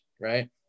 right